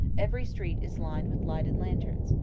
every street is lined with lighted lanterns,